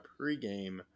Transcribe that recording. pregame